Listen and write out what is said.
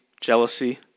jealousy